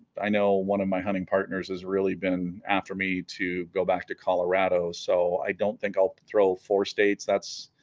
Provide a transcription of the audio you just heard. i know one of my hunting partners has really been after me to go back to colorado so i don't think i'll throw four states that's